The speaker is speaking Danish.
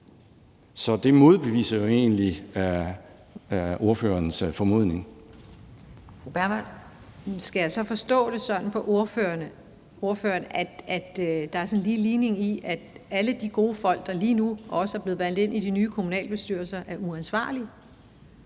12:45 Birgitte Bergman (KF): Skal jeg så forstå det sådan på ordføreren, at der er en lige linje i det: at alle de gode folk, der lige nu er blevet valgt ind i de nye kommunalbestyrelser, er uansvarlige